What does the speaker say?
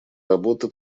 работы